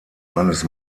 eines